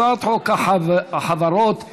הצעת חוק החברות (תיקון,